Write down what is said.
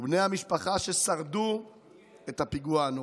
בני המשפחה ששרדו את הפיגוע הנורא.